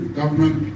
government